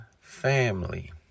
family